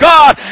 God